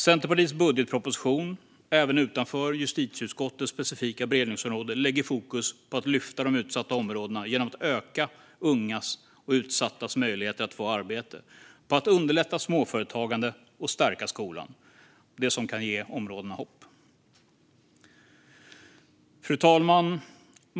Centerpartiets budgetmotion, även utanför justitieutskottets specifika beredningsområde, lägger fokus på att lyfta de utsatta områdena genom att öka ungas och utsattas möjligheter att få arbete, på att underlätta småföretagande och på att stärka skolan - det som kan ge områdena hopp. Fru talman!